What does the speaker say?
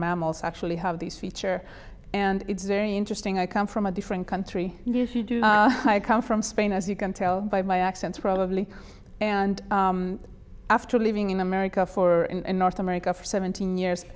mammals actually have this feature and it's very interesting i come from a different country i come from spain as you can tell by my accent probably and after living in america for in north america for seventeen years